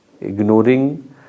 ignoring